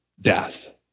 death